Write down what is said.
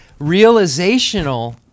realizational